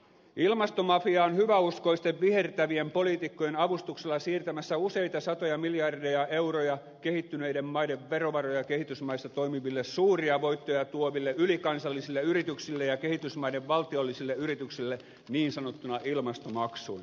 ilmastomafia on hyväuskoisten vihertävien poliitikkojen avustuksella siirtämässä useita satoja miljardeja euroja kehittyneiden maiden verovaroja kehitysmaissa toimiville suuria voittoja tuoville ylikansallisille yrityksille ja kehitysmaiden valtiollisille yrityksille niin sanottuina ilmastomaksuina